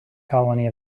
colony